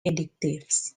additives